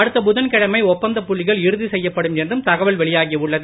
அடுத்த புதன்கிழமை ஒப்பந்த புள்ளிகள் இறுதி செய்யப்படும் என்றும் தகவல் வெளியாகி உள்ளது